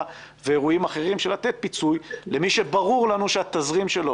ואירועים אחרים לתת פיצוי למי שברור לנו שהתזרים שלו,